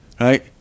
Right